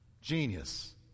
Genius